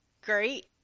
great